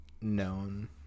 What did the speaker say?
known